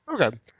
Okay